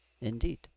Indeed